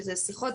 שהן שיחות